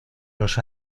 los